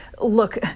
look